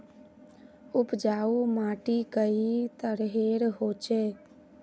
उपजाऊ माटी कई तरहेर होचए?